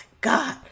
God